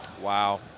Wow